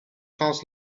comes